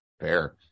fair